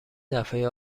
دفعه